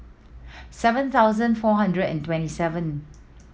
seven thousand four hundred and twenty seven